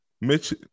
Mitch